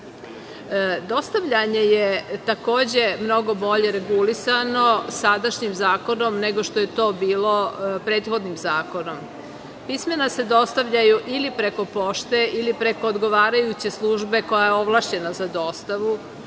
učini. Dostavljanje, je takođe mnogo bolje regulisano sadašnjim zakonom nego što je to bilo prethodnim zakonom. Pismena se dostavljaju ili preko pošte ili preko odgovarajuće službe koja je ovlašćena za dostavu,